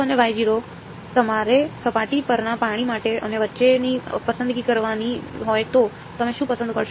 અને જો તમારે સપાટી પરના પાણી માટે અને વચ્ચેની પસંદગી કરવાની હોય તો તમે શું પસંદ કરશો